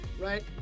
right